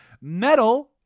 Metal